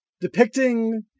depicting